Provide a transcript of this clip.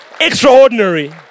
extraordinary